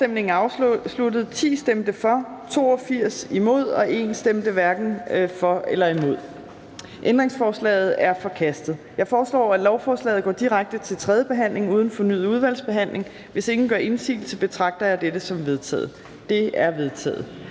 hverken for eller imod stemte 1 (Simon Emil Ammitzbøll-Bille (UFG)). Ændringsforslaget er forkastet. Jeg foreslår, at lovforslaget går direkte til tredje behandling uden fornyet udvalgsbehandling. Hvis ingen gør indsigelse, betragter jeg dette som vedtaget. Det er vedtaget.